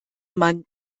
man